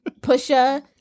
Pusha